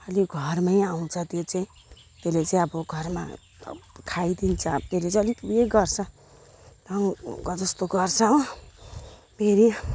खालि घरमै आउँछ त्यो चाहिँ त्यसले चाहिँ अब घरमा खाइदिन्छ त्यसले चाहिँ अलिक ऊ यही गर्छ जस्तो गर्छ हो फेरि